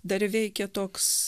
dar veikia toks